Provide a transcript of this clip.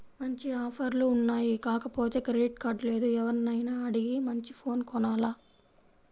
మంచి ఆఫర్లు ఉన్నాయి కాకపోతే క్రెడిట్ కార్డు లేదు, ఎవర్నైనా అడిగి మంచి ఫోను కొనాల